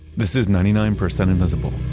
this is ninety nine percent invisible.